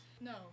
No